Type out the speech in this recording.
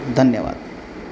धन्यवाद